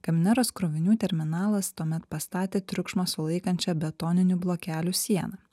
kamineros krovinių terminalas tuomet pastatė triukšmą sulaikančią betoninių blokelių sieną